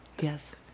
Yes